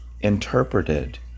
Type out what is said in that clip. interpreted